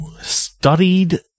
Studied